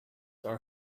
are